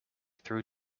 through